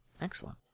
Excellent